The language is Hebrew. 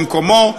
במקומו,